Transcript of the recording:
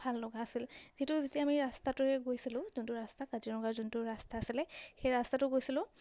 ভাল লগা আছিল যিটো যেতিয়া আমি ৰাস্তাটোৰে গৈছিলোঁ যোনটো ৰাস্তা কাজিৰঙাৰ যোনটো ৰাস্তা আছিলে সেই ৰাস্তাটো গৈছিলোঁ